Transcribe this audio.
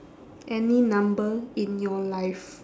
any number in your life